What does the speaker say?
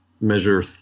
measure